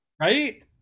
Right